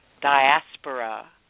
diaspora